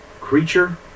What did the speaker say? creature